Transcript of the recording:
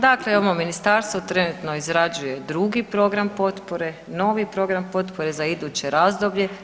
Dakle, ovo ministarstvo trenutno izrađuje drugi program potpore, novi program potpore za iduće razdoblje.